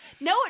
No